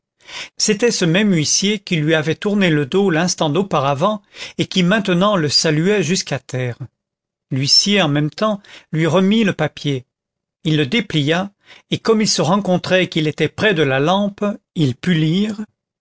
c'était ce même huissier qui lui avait tourné le dos l'instant d'auparavant et qui maintenant le saluait jusqu'à terre l'huissier en même temps lui remit le papier il le déplia et comme il se rencontrait qu'il était près de la lampe il put lire